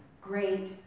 great